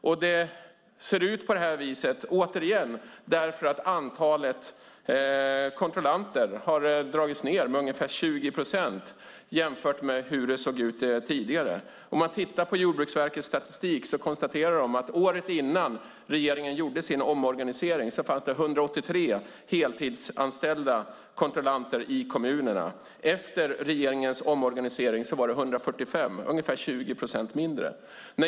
Och det ser ut på det här viset, återigen, för att antalet kontrollanter har dragits ned med ungefär 20 procent jämfört med hur det såg ut tidigare. Man kan titta på Jordbruksverkets statistik. De konstaterar att det året innan regeringen gjorde sin omorganisering fanns 183 heltidsanställda kontrollanter i kommunerna. Efter regeringens omorganisering var det 145, ungefär 20 procent färre.